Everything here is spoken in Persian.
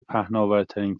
پهناورترین